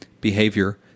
behavior